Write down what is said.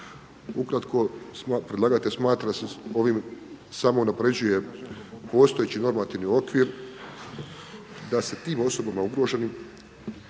Ukratko, predlagatelj smatra ovim samo unapređuje postojeći normativni okvir da se tim osobama ugroženim